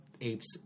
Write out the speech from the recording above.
apes